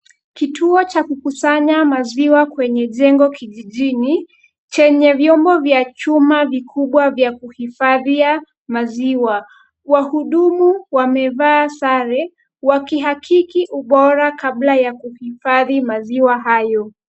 Kituo cha kukusanya maziwa kwenye jengo kijijini chenye vyombo vya chuma vikubwa vya kuhifadhia maziwa. Wahudumu wamevaa sare wakihakiki ubora kabla ya kuhifadhi maziwa hayo.